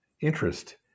interest